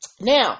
Now